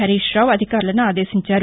హరీష్రావు అధికారులను ఆదేశించారు